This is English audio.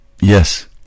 Yes